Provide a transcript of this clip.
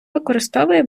використовує